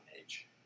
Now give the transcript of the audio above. age